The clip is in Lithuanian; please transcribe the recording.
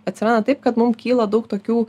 atsiranda taip kad mum kyla daug tokių